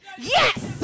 Yes